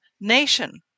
nation